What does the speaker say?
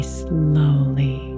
slowly